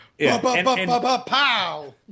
Pow